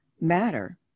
matter